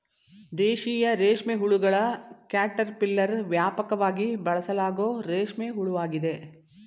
ದೇಶೀಯ ರೇಷ್ಮೆಹುಳುಗಳ ಕ್ಯಾಟರ್ಪಿಲ್ಲರ್ ವ್ಯಾಪಕವಾಗಿ ಬಳಸಲಾಗೋ ರೇಷ್ಮೆ ಹುಳುವಾಗಿದೆ